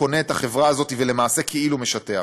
קונה את החברה הזאת ולמעשה כאילו משטח.